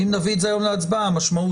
ברגע שמגישים תביעת חוב,